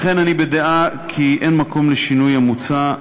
לכן אני בדעה כי אין מקום לשינוי המוצע,